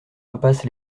impasse